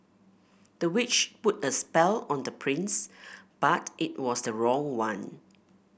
the witch put a spell on the prince but it was the wrong one